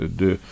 de